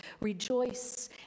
Rejoice